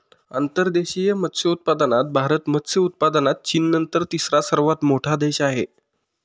अंतर्देशीय मत्स्योत्पादनात भारत मत्स्य उत्पादनात चीननंतर तिसरा सर्वात मोठा देश आहे